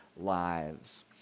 lives